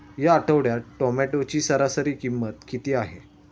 या आठवड्यात टोमॅटोची सरासरी किंमत किती आहे?